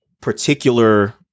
particular